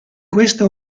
questa